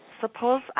suppose